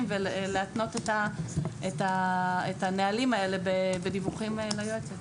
ולהתנות את הנהלים האלה בדיווחים ליועצת.